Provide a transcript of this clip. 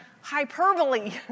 hyperbole